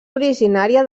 originària